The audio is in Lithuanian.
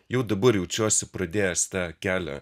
jau dabar jaučiuosi pradėjęs tą kelią